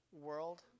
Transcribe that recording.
world